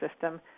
system